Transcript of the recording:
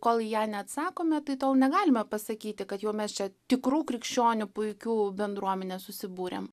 kol į ją neatsakome tai tol negalime pasakyti kad jau mes čia tikrų krikščionių puikių bendruomenė susibūrėm